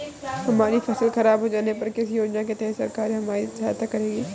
हमारी फसल खराब हो जाने पर किस योजना के तहत सरकार हमारी सहायता करेगी?